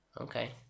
Okay